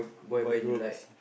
by groups